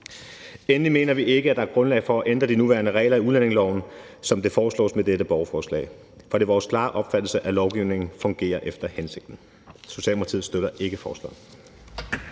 Endelig mener vi ikke, at der er grundlag for at ændre de nuværende regler i udlændingeloven, som det foreslås med dette borgerforslag, for det er vores klare opfattelse, at lovgivningen fungerer efter hensigten. Socialdemokratiet støtter ikke forslaget.